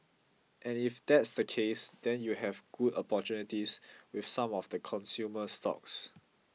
and if that's the case then you have good opportunities with some of the consumer stocks